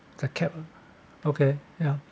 the capped okay yeah